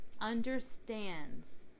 understands